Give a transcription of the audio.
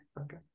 Okay